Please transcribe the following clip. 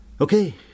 Okay